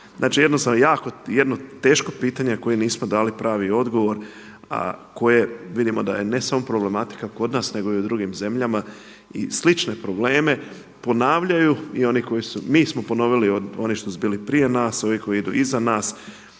jedno jako teško pitanje na koje nismo dali pravi odgovor a koje vidimo da je ne samo problematika kod nas nego i u drugim zemljama i slične probleme ponavljaju i oni koji su, mi smo ponovili i oni što su bili prije nas, ovi koji idu iza nas